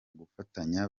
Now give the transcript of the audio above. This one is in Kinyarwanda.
gufatanya